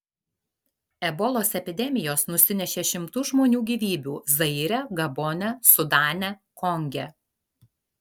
ebolos epidemijos nusinešė šimtus žmonių gyvybių zaire gabone sudane konge